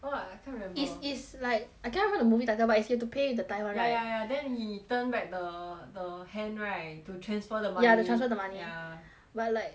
!wah! I can't remember is is like I can't remember the movie title but is you have to with the time [one] right ya ya ya then he turned back the the hand right to transfer the money ya the transfer the money ya but like